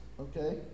Okay